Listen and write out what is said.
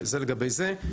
זה לגבי זה.